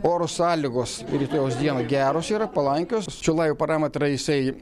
oro sąlygos rytojaus dieną geros yra palankios šio laivo parametrai jisai